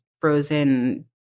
frozen